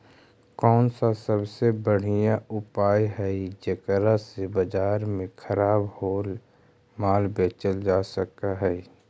कौन सा सबसे बढ़िया उपाय हई जेकरा से बाजार में खराब होअल माल बेचल जा सक हई?